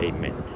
Amen